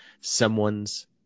someone's